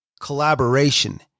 collaboration